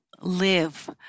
live